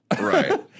Right